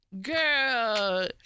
Girl